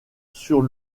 sur